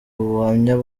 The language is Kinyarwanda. ubuhamya